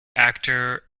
actor